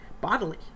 bodily